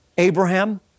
Abraham